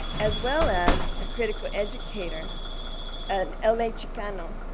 as well as a critical educator an la chicano,